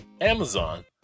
Amazon